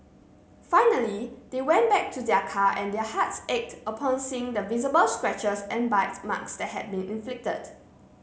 finally they went back to their car and their hearts ached upon seeing the visible scratches and bite marks that had been inflicted